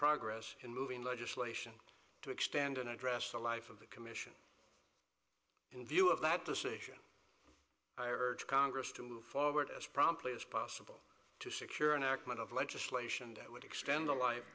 progress in moving legislation to expand and address the life of the commission in view of that decision i urge congress to move forward as promptly as possible to secure an act of legislation that would extend the life